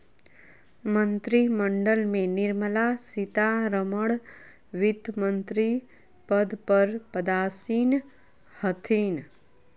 मंत्रिमंडल में निर्मला सीतारमण वित्तमंत्री पद पर पदासीन हथिन